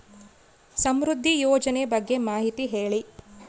ಸಮೃದ್ಧಿ ಯೋಜನೆ ಬಗ್ಗೆ ಮಾಹಿತಿ ಹೇಳಿ?